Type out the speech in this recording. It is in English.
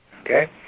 Okay